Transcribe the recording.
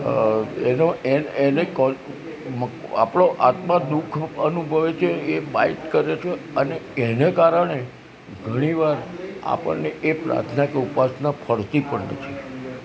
એનો એને એને કોલ આપણો આત્મા દુઃખ અનુભવે છે એ બાઈટ કરે છે અને એને કારણે ઘણી વાર આપણને એ પ્રાર્થના કે ઉપાસના ફળતી પણ નથી